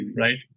right